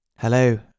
Hello